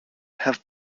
have